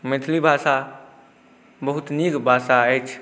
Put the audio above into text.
मैथिली भाषा बहुत नीक भाषा अछि